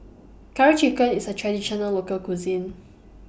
Curry Chicken IS A Traditional Local Cuisine